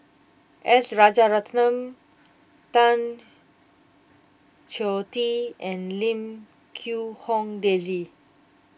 S Rajaratnam Tan Choh Tee and Lim Quee Hong Daisy